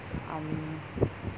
um